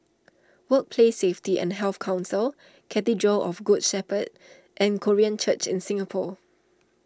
Workplace Safety and Health Council Cathedral of the Good Shepherd and Korean Church in Singapore